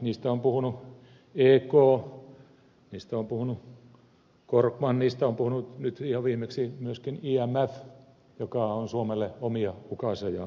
niistä on puhunut ek niistä on puhunut korkman nyt ihan viimeksi myöskin imf joka on suomelle omia ukaasejaan ladellut